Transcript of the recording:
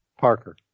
Parker